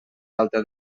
alta